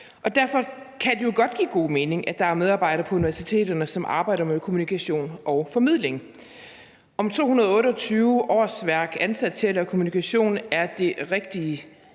Derfor kan det jo godt give god mening, at der er medarbejdere på universiteterne, som arbejder med kommunikation og formidling. Om 228 årsværk ansat til at lave kommunikation er det rigtige